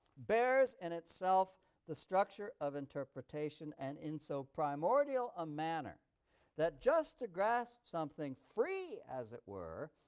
bears in itself the structure of interpretation and in so primordial a manner that just to grasp something free, as it were,